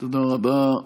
תודה רבה.